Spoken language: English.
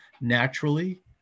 naturally